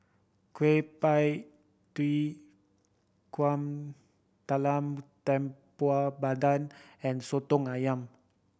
Kueh Pie Tee talam tepong pandan and Soto Ayam